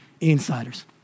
insiders